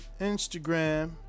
Instagram